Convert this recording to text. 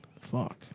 Fuck